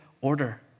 order